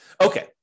Okay